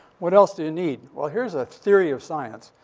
what else do you need? well, here's a theory of science.